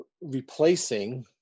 replacing